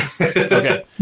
Okay